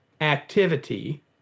activity